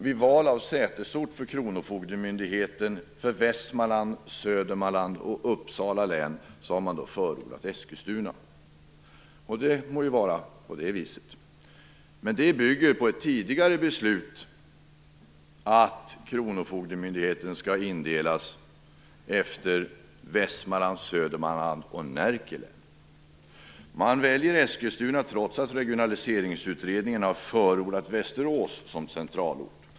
Vid val av sätesort för kronofogdemyndigheten för Västmanlands, Södermanlands och Uppsala län har man förordat Eskilstuna. Det må vara så. Det bygger på ett tidigare beslut, att kronofogdemyndigheten skall indelas efter Västmanlands, Södermanlands och Närke län. Man väljer Eskilstuna trots att Regionaliseringsutredningen har förordat Västerås som centralort.